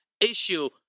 issue